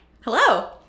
Hello